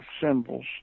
symbols